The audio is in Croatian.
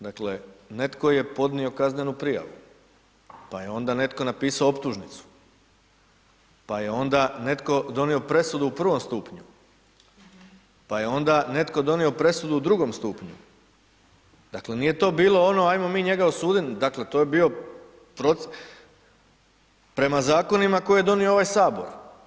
Dakle, netko je podnio kaznenu prijavu, pa je onda netko napisao optužnicu, pa je onda netko donio presudu u prvom stupnju, pa je onda netko donio presudu u drugom stupnju, dakle, nije to bilo ono ajmo mi njega osudit, dakle, to je bio proces prema zakonima koje je donio ovaj HS.